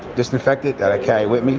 disinfectant that i carry with,